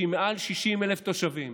שבה מעל 60,000 תושבים.